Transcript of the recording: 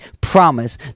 promise